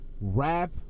rap